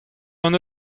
hon